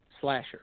slasher